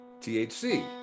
THC